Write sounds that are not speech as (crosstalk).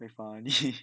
very funny (laughs)